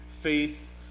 faith